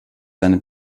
seine